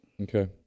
Okay